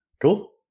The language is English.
Cool